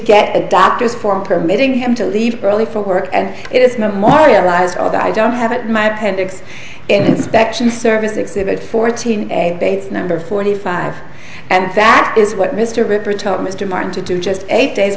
get a doctor's form permitting him to leave early for work and it is memorialized although i don't have at my appendix inspection service exhibit fourteen bates number forty five and fact is what mr ripper took mr martin to do just eight days